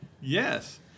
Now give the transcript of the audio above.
Yes